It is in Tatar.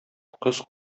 кыз